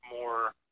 more